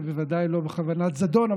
ובוודאי לא בכוונת זדון,